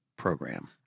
program